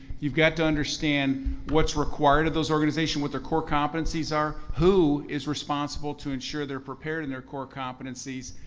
you've got to understand what's required of those organization, what their core competencies are. who is responsible to ensure they're prepared in their core competencies?